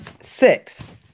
six